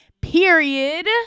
period